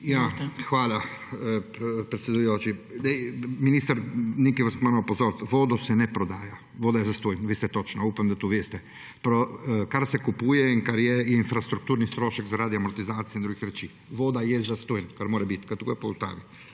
Hvala, predsedujoči. Minister, na nekaj vas moram opozoriti. Vodo se ne prodaja, voda je zastonj, veste točno – upam, da to veste. Kar se kupuje in kar je, je infrastrukturni strošek zaradi amortizacije in drugih reči. Voda je zastonj, ker mora biti, ker to je pa